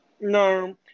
no